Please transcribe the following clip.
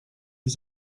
les